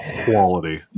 Quality